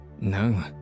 No